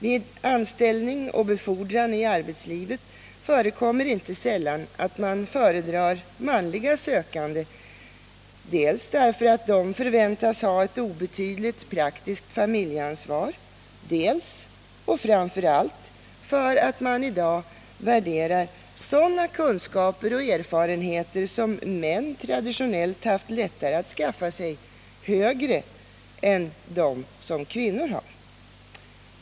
Vid anställning och befordran i arbetslivet förekommer inte sällan att man föredrar manliga sökande dels därför att de förväntas ha ett obetydligt praktiskt familjeansvar, dels — och framför allt — därför att man i dag värderar sådana kunskaper och erfarenheter som män traditionellt har kunnat skaffa sig i större utsträckning än kvinnor.